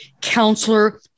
counselor